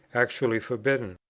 actually forbidden?